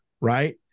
right